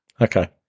okay